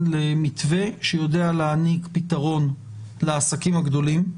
למתווה שיודע להעניק פתרון לעסקים הגדולים,